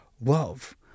love